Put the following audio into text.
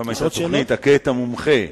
פעם היתה תוכנית "הכה את המומחה".